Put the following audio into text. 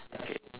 okay